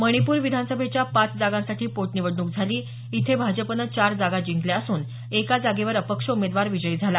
मणिपूर विधानसभेच्या पाच जागांसाठी पोटनिवडणूक झाली इथे भाजपनं चार जागा जिंकल्या असून एका जागेवर अपक्ष उमेदवार विजयी झाला